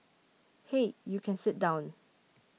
hey you can sit down